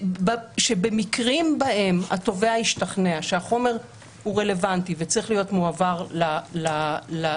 שבמקרים שבהם התובע השתכנע שהחומר רלוונטי וצריך להיות מועבר לסנגוריה,